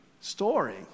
story